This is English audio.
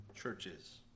churches